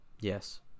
Yes